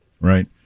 Right